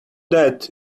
that